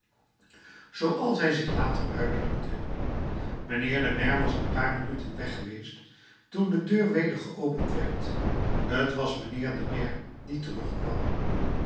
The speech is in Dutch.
zooals hij zich later uitdrukte mijnheer de maire was een paar minuten weg geweest toen de deur weder geopend werd t was mijnheer de maire die terugkwam